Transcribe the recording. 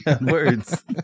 words